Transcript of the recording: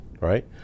right